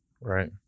Right